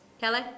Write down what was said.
Kelly